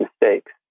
mistakes